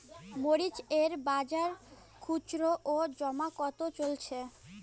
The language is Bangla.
মরিচ এর বাজার খুচরো ও জমা কত চলছে?